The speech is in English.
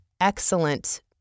excellent